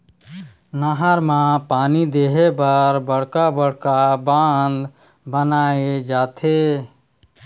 नहर म पानी दे बर बड़का बड़का बांध बनाए जाथे